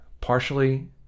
partially